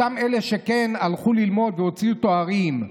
אותם אלה שכן הלכו ללמוד והוציאו תארים,